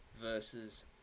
Versus